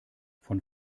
von